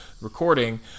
recording